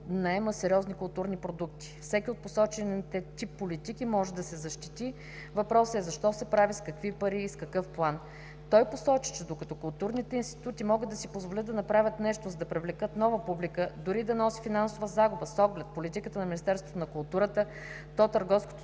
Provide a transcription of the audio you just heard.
наема сериозни културни продукти. Всеки от посочения тип политика може да се защити – въпросът е защо се прави, с какви пари и с какъв план. Той посочи, че докато културните институти могат да си позволят да направят нещо, за да привлекат нова публика, дори да носи финансова загуба с оглед политиката на Министерство на културата, то търговското